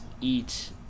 eat